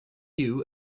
you